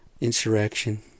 Insurrection